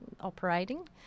operating